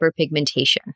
hyperpigmentation